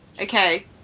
Okay